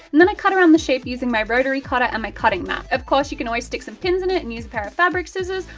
and then i cut around the shape using my rotary cutter and my cutting mat. of course, you can always stick some pins in it and use a pair of fabric scissors,